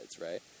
right